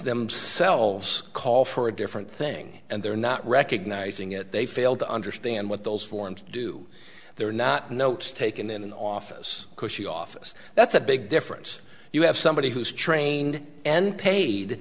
themselves call for a different thing and they're not recognizing it they fail to understand what those forms do they're not notes taken in an office cushy office that's a big difference you have somebody who's trained and paid